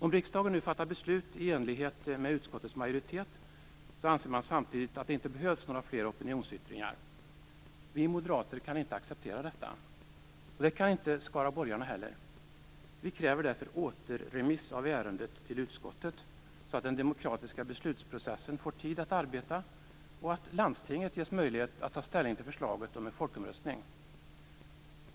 Om riksdagen nu fattar beslut i enlighet med utskottets majoritet anser man samtidigt att det inte behövs några fler opinionsyttringar. Vi moderater kan inte acceptera detta, och det kan inte skaraborgarna heller. Vi kräver därför återremiss av ärendet till utskottet så att den demokratiska beslutsprocessen får tid att arbeta och så att landstinget ges möjlighet att ta ställning till förslaget om en folkomröstning.